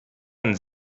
ein